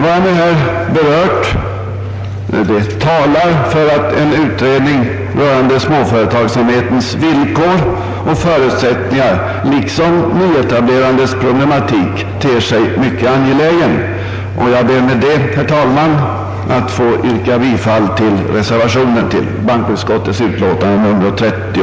Vad jag nu har framhållit talar för att en utredning rörande småföretagens villkor och förutsättningar liksom nyetablerandets problematik ter sig mycket angelägen. Jag ber med detta, herr talman, att få yrka bifall till reservationen vid bankoutskottets utlåtande nr 30.